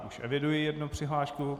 Už eviduji jednu přihlášku.